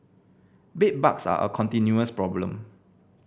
bedbugs are a continuous problem